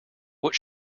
what